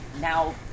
now